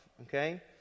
Okay